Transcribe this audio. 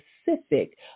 specific